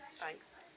Thanks